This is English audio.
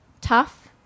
tough